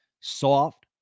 soft